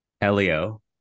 Elio